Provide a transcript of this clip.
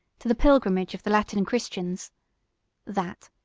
to the pilgrimage of the latin christians that,